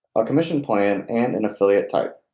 a commission plan, and an affiliate type.